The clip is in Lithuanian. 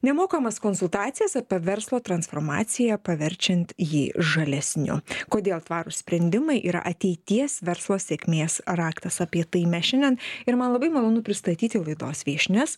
nemokamas konsultacijas apie verslo transformaciją paverčiant jį žalesniu kodėl tvarūs sprendimai yra ateities verslo sėkmės raktas apie tai mes šiandien ir man labai malonu pristatyti laidos viešnias